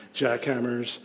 jackhammers